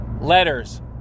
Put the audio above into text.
letters